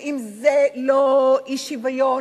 ואם זה לא אי-שוויון,